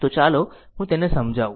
તો ચાલો હું તેને સમજાવું